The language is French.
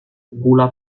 roula